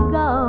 go